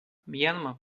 мьянма